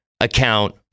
account